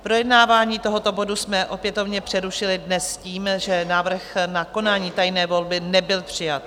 Projednávání tohoto bodu jsme opětovně přerušili dnes s tím, že návrh na konání tajné volby nebyl přijat.